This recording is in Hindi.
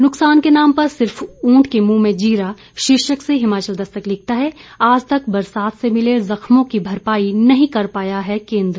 नुक्सान के नाम पर सिर्फ उंट के मुंह में जीरा शीर्षक से हिमाचल दस्तक लिखता है आज तक बरसात से मिले जख्मों की भरपाई नहीं कर पाया केंद्र